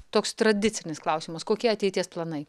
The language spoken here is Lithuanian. toks tradicinis klausimas kokie ateities planai